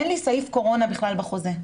אין לי סעיף קורונה בכלל בחוזה.